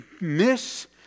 miss